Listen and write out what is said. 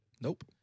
Nope